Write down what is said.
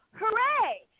Hooray